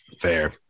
Fair